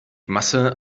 masse